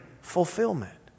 fulfillment